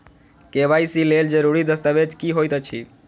KYC लेल जरूरी दस्तावेज की होइत अछि?